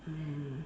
mm